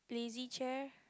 lazy chair